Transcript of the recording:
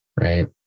right